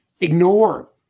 ignore